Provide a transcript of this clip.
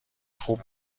خوب